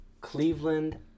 Cleveland